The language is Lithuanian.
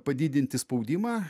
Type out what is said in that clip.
padidinti spaudimą